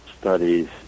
studies